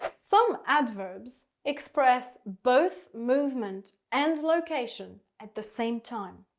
some adverbs express both movement and location at the same time.